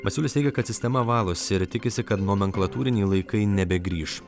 masiulis teigia kad sistema valosi ir tikisi kad nomenklatūriniai laikai nebegrįš